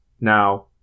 Now